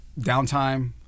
downtime